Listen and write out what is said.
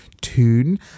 tune